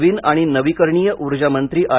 नवीन आणि नवीकरणीय उर्जा मंत्री आर